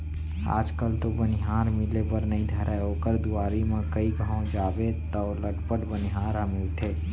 आज कल तो बनिहार मिले बर नइ धरय ओकर दुवारी म कइ घौं जाबे तौ लटपट बनिहार ह मिलथे